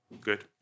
Good